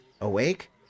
Awake